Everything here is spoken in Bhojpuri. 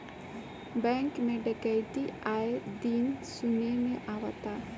बैंक में डकैती आये दिन सुने में आवता